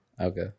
Okay